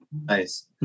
Nice